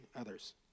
others